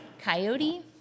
coyote